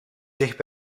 dicht